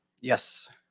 Yes